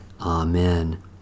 Amen